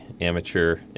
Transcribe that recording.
amateur